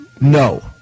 no